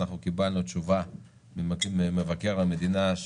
קיבלנו תשובה ממבקר המדינה,